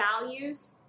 values